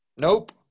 Nope